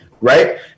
right